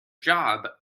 job